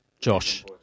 Josh